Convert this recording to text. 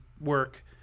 work